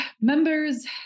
members